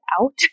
out